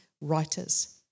writers